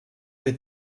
les